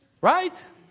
Right